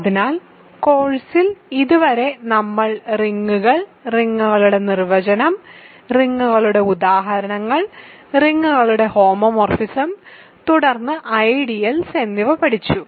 അതിനാൽ കോഴ്സിൽ ഇതുവരെ നമ്മൾ റിങ്ങുകൾ റിങ്ങുകളുടെ നിർവചനം റിങ്ങുകളുടെ ഉദാഹരണങ്ങൾ റിങ്ങുകളുടെ ഹോമോമോർഫിസം തുടർന്ന് ഐഡിയൽസ് എന്നിവ പഠിച്ചു